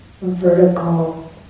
vertical